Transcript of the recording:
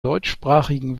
deutschsprachigen